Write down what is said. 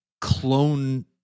clone